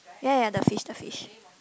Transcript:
ya ya the fish the fish